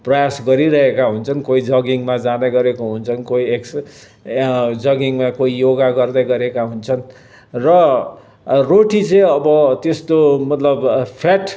एकदम प्रयास गरिरहेका हुन्छन् कोही जगिङमा जाँदै गरेको हुन्छन् कोही एक्स जगिङमा कोही योगा गर्दै गरेका हुन्छन् र रोटी चाहिँ अब त्यस्तो मतलब